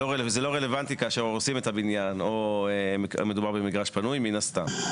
זה לא רלוונטי כאשר הורסים את הבניין או מדובר במגרש פנוי מן הסתם.